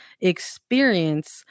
experience